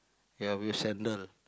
ya with sandal